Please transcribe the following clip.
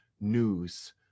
news